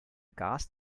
gas